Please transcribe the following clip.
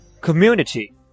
Community